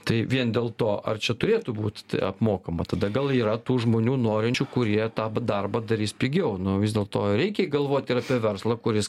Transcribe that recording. tai vien dėl to ar čia turėtų būt apmokama tada gal yra tų žmonių norinčių kurie tą darbą darys pigiau nu vis dėlto reikia galvoti ir apie verslą kuris